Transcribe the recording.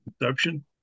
conception